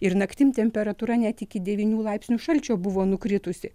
ir naktim temperatūra net iki devynių laipsnių šalčio buvo nukritusi